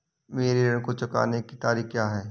मेरे ऋण को चुकाने की तारीख़ क्या है?